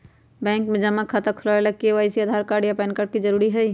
bank में जमा खाता खुलावे ला के.वाइ.सी ला आधार कार्ड आ पैन कार्ड जरूरी हई